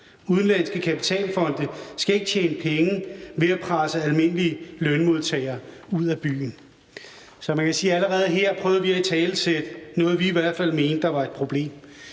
Udenlandske kapitalfonde skal ikke tjene penge ved at presse almindelige lønmodtagere ud af byen. Så man kan sige, at allerede her prøvede vi at italesætte noget, vi i hvert fald mente var et problem.